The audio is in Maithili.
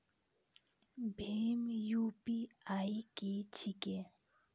भीम यु.पी.आई की छीके?